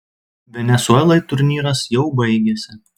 venesuelai turnyras jau baigėsi